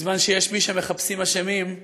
בזמן שיש מי שמחפשים אשמים,